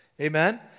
Amen